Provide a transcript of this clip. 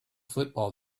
football